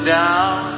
down